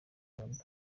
rukundo